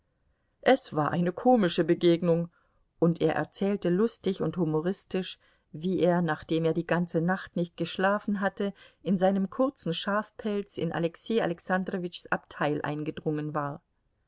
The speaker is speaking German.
es war eine komische begegnung und er erzählte lustig und humoristisch wie er nachdem er die ganze nacht nicht geschlafen hatte in seinem kurzen schafpelz in alexei alexandrowitschs abteil eingedrungen war